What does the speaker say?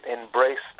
embraced